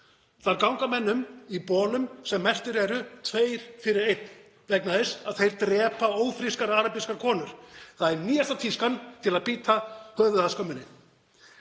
Þar ganga menn um í bolum sem merktir eru tveir fyrir einn vegna þess að þeir drepa ófrískar arabískar konur. Það er nýjasta tískan, til að bíta höfuðið af skömminni.